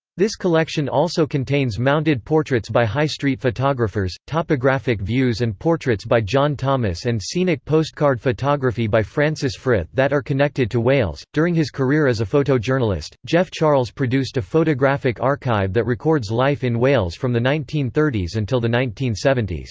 this collection also contains mounted portraits by high-street photographers, topographic views and portraits by john thomas and scenic postcard photography by francis frith that are connected to wales during his career as a photojournalist, geoff charles produced a photographic archive that records life in wales from the nineteen thirty s until the nineteen seventy s.